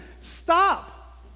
Stop